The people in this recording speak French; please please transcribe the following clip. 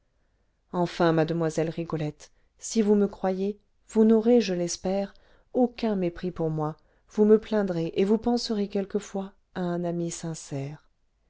enfin mademoiselle rigolette si vous me croyez vous n'aurez je l'espère aucun mépris pour moi vous me plaindrez et vous penserez quelquefois à un ami sincère